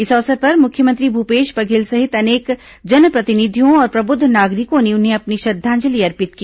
इस अवसर पर मुख्यमंत्री भूपेश बघेल सहित अनेक जनप्रतिनिधियों और प्रबुद्ध नागरिकों ने उन्हें अपनी श्रद्धांजलि अर्पित की